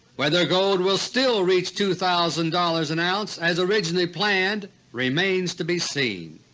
whether gold will still reach two thousand dollars an ounce as originally planned remains to be seen.